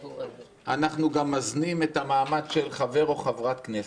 ואנחנו גם מזנים את המעמד של חבר או חברת כנסת.